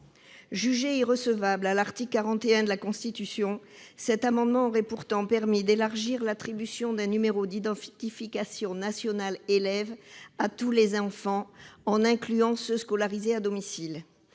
Jugé irrecevable au titre de l'article 41 de la Constitution, cet amendement aurait pourtant permis d'élargir l'attribution d'un numéro d'identification national élève à tous les enfants, en incluant ceux qui sont scolarisés à domicile.